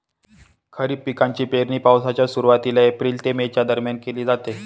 खरीप पिकांची पेरणी पावसाच्या सुरुवातीला एप्रिल ते मे च्या दरम्यान केली जाते